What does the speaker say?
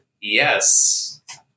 Yes